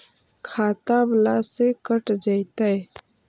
खाता बाला से कट जयतैय?